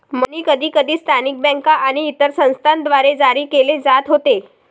मनी कधीकधी स्थानिक बँका आणि इतर संस्थांद्वारे जारी केले जात होते